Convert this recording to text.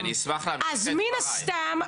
אז מן הסתם,